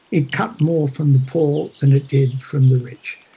it cut more from the poor than it did from the rich.